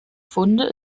funde